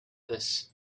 this